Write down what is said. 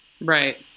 Right